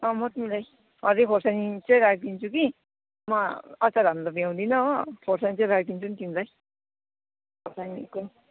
म तिमीलाई हरियो खोर्सानी चाहिँ राखिदिन्छु कि म अचार हाल्नु त भ्याउदिनँ हो खोर्सानी चाहिँ राखिदिन्छु नि तिमीलाई खोर्सानी चाहिँ